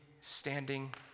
standing